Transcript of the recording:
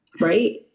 Right